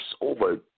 over